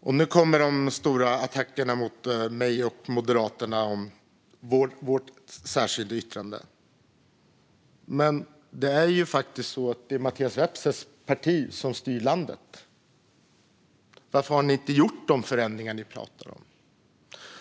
och nu kommer de stora attackerna mot mig och Moderaterna om vårt särskilda yttrande. Men det är ju faktiskt Mattias Vepsäs parti som styr landet. Varför har ni inte gjort de förändringar ni pratar om, Mattias Vepsä?